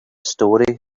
story